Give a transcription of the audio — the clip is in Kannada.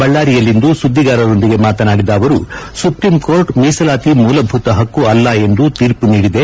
ಬಳ್ಳಾರಿಯಲ್ಲಿಂದು ಸುದ್ದಿಗಾರರೊಂದಿಗೆ ಮಾತನಾಡಿದ ಅವರು ಸುಪ್ರೀಂಕೋರ್ಟ್ ಮೀಸಲಾತಿ ಮೂಲಭೂತ ಹಕ್ಕು ಅಲ್ಲ ಎಂದು ತೀರ್ಪು ನೀಡಿದೆ